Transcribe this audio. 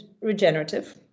regenerative